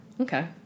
Okay